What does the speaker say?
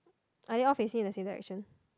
are they all facing in the same direction